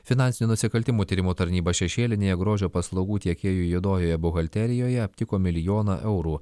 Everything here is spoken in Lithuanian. finansinių nusikaltimų tyrimų tarnyba šešėlinėje grožio paslaugų tiekėjų juodojoje buhalterijoje aptiko milijoną eurų